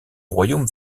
royaume